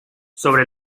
sobre